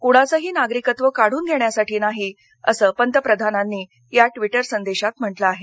क्णाचंही नागरिकत्व काढून घेण्यासाठी नाही असं पंतप्रधानांनी या ट्विटर संदेशात म्हटलं आहे